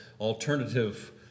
alternative